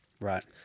right